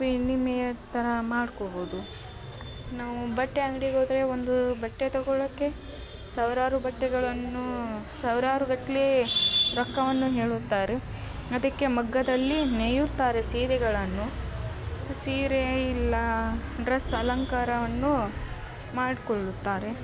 ವಿನಿಮಯದ ಥರ ಮಾಡ್ಕೊಬೋದು ನಾವು ಬಟ್ಟೆ ಅಂಗ್ಡಿಗೆ ಹೋದ್ರೆ ಒಂದು ಬಟ್ಟೆ ತಗೊಳೋಕ್ಕೆ ಸಾವಿರಾರು ಬಟ್ಟೆಗಳನ್ನೂ ಸಾವ್ರಾರುಗಟ್ಲೆ ರೊಕ್ಕವನ್ನು ಹೇಳುತ್ತಾರೆ ಅದಕ್ಕೆ ಮಗ್ಗದಲ್ಲಿ ನೇಯುತ್ತಾರೆ ಸೀರೆಗಳನ್ನು ಸೀರೆ ಇಲ್ಲ ಡ್ರೆಸ್ ಅಲಂಕಾರವನ್ನೂ ಮಾಡಿಕೊಳ್ಳುತ್ತಾರೆ